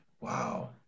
Wow